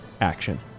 action